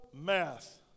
Math